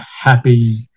happy